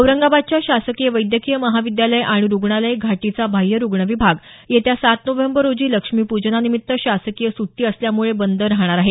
औरंगाबादच्या शासकीय वैद्यकीय महाविद्यालय आणि रुग्णालय घाटीचा बाह्य रुग्ण विभाग येत्या सात नोव्हेंबर रोजी लक्ष्मीपूजनानिमित्त शासकीय सुट्टी असल्यामुळे बंद राहणार आहे